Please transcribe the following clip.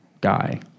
guy